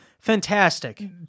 fantastic